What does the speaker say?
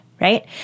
right